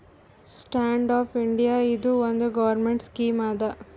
stand up India ಇದು ಒಂದ್ government scheme ಅದಾ